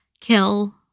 kill